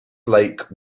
lake